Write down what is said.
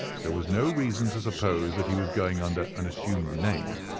there was no reason to suppose that he was going under an assumed name.